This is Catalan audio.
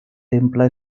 temple